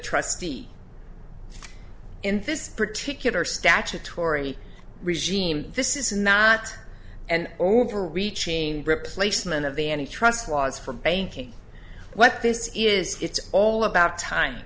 trustee in this particular statutory regime this is not an overreaching replacement of the any trust laws for banking what this is it's all about tim